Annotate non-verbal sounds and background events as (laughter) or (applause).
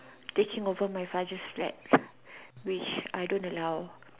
taking over my father's flat which (noise) I don't allow